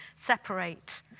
separate